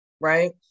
Right